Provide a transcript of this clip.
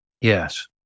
Yes